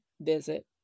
visit